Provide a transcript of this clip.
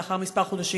לאחר כמה חודשים